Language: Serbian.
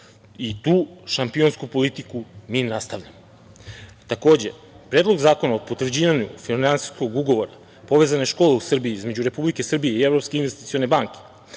i tu šampionsku politiku mi nastavljamo. Takođe, Predlog zakona o potvrđivanju Finansijskog ugovora "Povezane škole u Srbiji" između Republike Srbije i Evropske investicione banke.